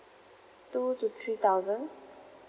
two to three thousand